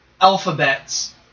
Alphabets